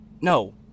No